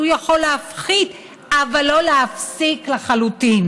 שהוא יכול להפחית אבל לא להפסיק לחלוטין.